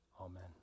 Amen